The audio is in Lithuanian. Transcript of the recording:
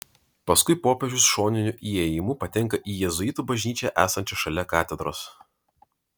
paskui popiežius šoniniu įėjimu patenka į jėzuitų bažnyčią esančią šalia katedros